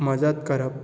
मजत करप